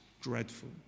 dreadful